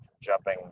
jumping